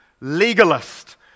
legalist